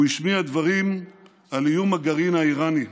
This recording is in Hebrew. הוא השמיע דברים על איום הגרעין האיראני.